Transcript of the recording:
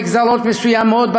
בגזרות מסוימות,